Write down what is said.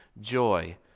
joy